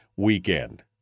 weekend